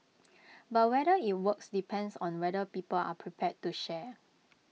but whether IT works depends on whether people are prepared to share